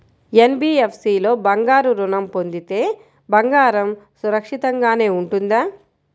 NBFC లో బంగారు ఋణం పొందితే బంగారం సురక్షితంగానే ఉంటుందా?